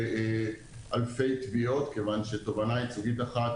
באלפי תביעות כיוון שתובענה ייצוגית אחת,